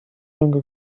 longer